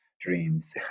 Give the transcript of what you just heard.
dreams